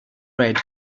red